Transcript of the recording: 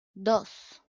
dos